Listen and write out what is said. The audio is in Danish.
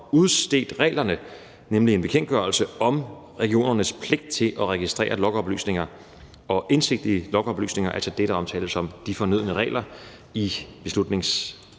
udstedt reglerne, nemlig en bekendtgørelse om regionernes pligt til at registrere logoplysninger og indsigt i logoplysninger, altså det, der omtales som de fornødne regler i beslutningsforslaget.